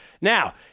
Now